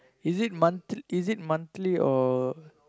is it month~ is it monthly or